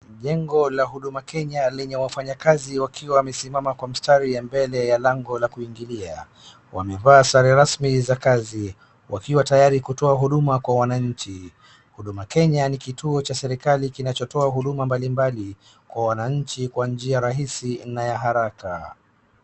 Jengo la Huduma Kenya lenye wafanyakazi wakiwa wamesimaa kwa mstari ya mbele ya lango la kuingilia. Wamevaa sare rasmi za kazi wakiwa tayari kutoa huduma kwa wananchi. Huduma Kenya ni kituo cha serikali kinachotoa huduma mbalimbali kwa wananchi kwa njia rahisi na ya haraka.